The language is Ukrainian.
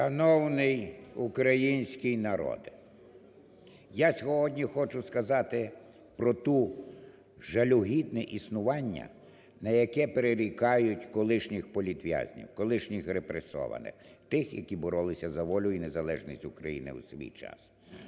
Шановний український народе! Я сьогодні хочу сказати про те жалюгідне існування, на яке прирікають колишніх політв'язнів, колишніх репресованих, тих, які боролися за волю і незалежність України у свій час.